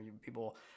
people